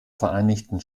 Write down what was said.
vereinigten